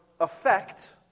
effect